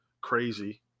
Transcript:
crazy